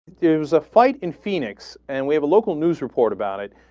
gives a fight in phoenix and we have a local news report about it